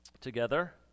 together